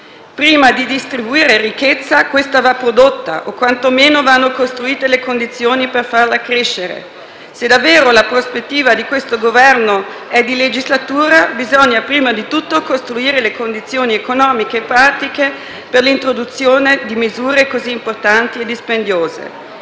Prima di redistribuire ricchezza, questa va prodotta o quantomeno vanno costruite le condizioni per farla crescere. Se davvero la prospettiva di questo Governo è di legislatura, bisogna prima di tutto costruire le condizioni economiche e pratiche per l'introduzione di misure così importanti e dispendiose.